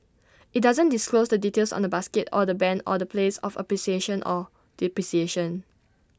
IT doesn't disclose the details on the basket or the Band or the place of appreciation or depreciation